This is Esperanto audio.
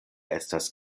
estas